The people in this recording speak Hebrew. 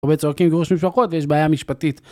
הרבה צועקים גירוש משפחות ויש בעיה משפטית